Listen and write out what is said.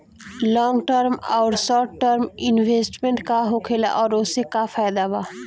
Long term आउर short term investment का होखेला और ओसे का फायदा बा?